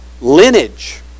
lineage